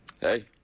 Hey